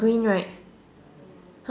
green right